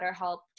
BetterHelp